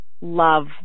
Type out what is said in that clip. love